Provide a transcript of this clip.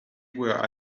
where